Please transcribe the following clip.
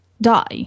die